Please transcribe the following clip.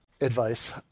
advice